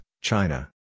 China